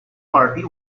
party